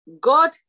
God